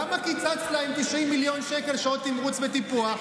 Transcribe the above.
למה קיצצת להם 90 מיליון שקל שעות תמרוץ וטיפוח?